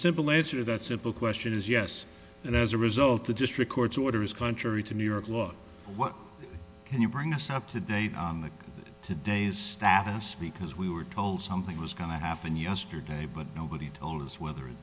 simple answer that simple question is yes and as a result the district court's order is contrary to new york law what can you bring us up to date today's status because we were told something was going to happen yesterday but nobody told us whether it